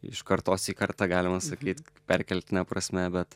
iš kartos į kartą galima sakyt perkeltine prasme bet